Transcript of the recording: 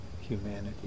humanity